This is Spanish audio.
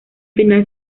final